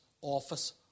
office